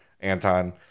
anton